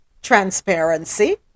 transparency